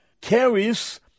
carries